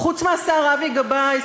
חוץ מהשר אבי גבאי,